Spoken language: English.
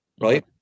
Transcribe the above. right